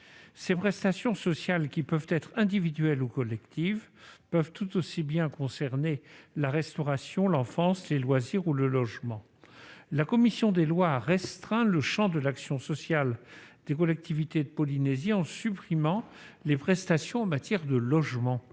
Ces prestations, qui peuvent être individuelles ou collectives, peuvent tout aussi bien concerner la restauration, l'enfance, les loisirs ou le logement. La commission des lois a restreint le champ de l'action sociale des collectivités de Polynésie française en supprimant les prestations en matière de logement.